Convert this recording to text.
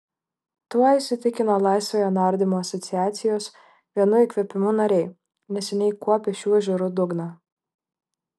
tuo įsitikino laisvojo nardymo asociacijos vienu įkvėpimu narai neseniai kuopę šių ežerų dugną